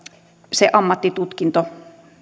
se ammattitutkinto